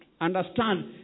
Understand